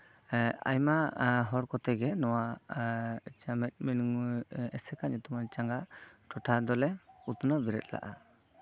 ᱟᱭᱢᱟ ᱦᱚᱲ ᱠᱚᱛᱮ ᱜᱮ ᱱᱚᱣᱟ ᱟᱥᱮᱠᱟ ᱧᱩᱛᱩᱢᱟᱱ ᱪᱟᱸᱜᱟ ᱴᱚᱴᱷᱟ ᱫᱚᱞᱮ ᱩᱛᱱᱟᱹᱣ ᱵᱮᱨᱮᱛ ᱞᱟᱜᱼᱟ